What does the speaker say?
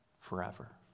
forever